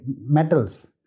metals